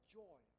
joy